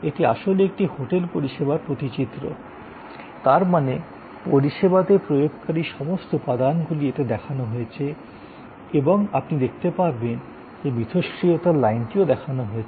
এটি আসলে একটি হোটেল পরিষেবার প্রতিচিত্র তার মানে পরিষেবাতে প্রয়োগকারী সমস্ত উপাদানগুলি এতে দেখানো হয়েছে এবং আপনি দেখতে পারবেন যে ইন্টারঅ্যাকশনের লাইনটিও দেখানো হয়েছে